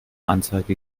anzeige